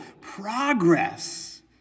progress